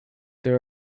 there